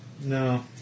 No